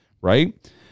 right